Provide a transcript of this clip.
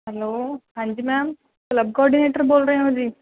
hello ਹਾਂਜੀ ma'am club coordinator ਬੋਲ ਰਹੇ ਹੋ ਜੀ